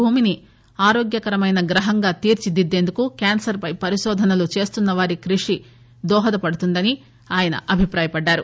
భూమిని ఆరోగ్యకరమైన గ్రహం గా తీర్చిదిద్దేందుకు కేన్నర్ పై పరిశోధనలు చేస్తున్న వారి కృషి దోహదపడుతుందని ఆయన అభిప్రాయపడ్లారు